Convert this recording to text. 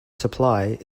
supply